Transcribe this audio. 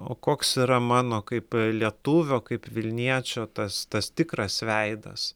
o koks yra mano kaip lietuvio kaip vilniečio tas tas tikras veidas